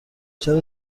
چرا